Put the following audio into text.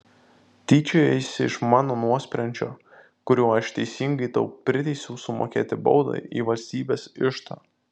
tyčiojaisi iš mano nuosprendžio kuriuo aš teisingai tau priteisiau sumokėti baudą į valstybės iždą